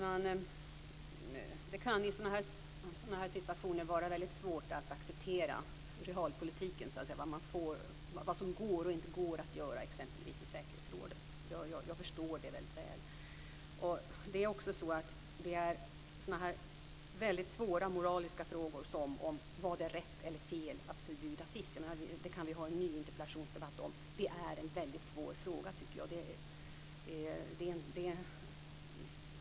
Fru talman! Det kan i sådana här situationer vara väldigt svårt att acceptera realpolitiken och vad som går och inte går att göra exempelvis i säkerhetsrådet. Jag förstår det väldigt väl. Det handlar om svåra moraliska frågor. Var det rätt eller fel att förbjuda FIS? Det kan vi ha en ny interpellationsdebatt om. Det är en väldigt svår fråga.